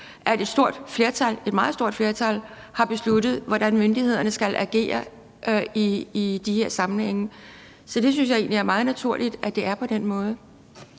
et meget stort flertal, har besluttet, hvordan myndighederne skal agere i de her sammenhænge, så jeg synes egentlig, det er meget naturligt, at det er på den måde.